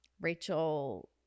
Rachel